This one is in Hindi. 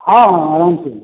हाँ हाँ आराम से मिल